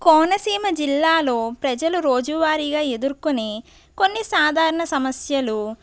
కోనసీమ జిల్లాలో ప్రజలు రోజువారీగా ఎదుర్కొనే కొన్ని సాధారణ సమస్యలు